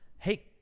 Hey